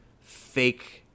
fake –